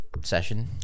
session